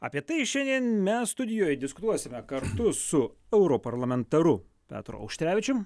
apie tai šiandien mes studijoj diskutuosime kartu su europarlamentaru petru auštrevičium